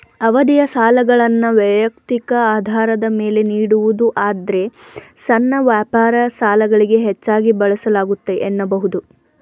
ಅವಧಿಯ ಸಾಲಗಳನ್ನ ವೈಯಕ್ತಿಕ ಆಧಾರದ ಮೇಲೆ ನೀಡಬಹುದು ಆದ್ರೆ ಸಣ್ಣ ವ್ಯಾಪಾರ ಸಾಲಗಳಿಗೆ ಹೆಚ್ಚಾಗಿ ಬಳಸಲಾಗುತ್ತೆ ಎನ್ನಬಹುದು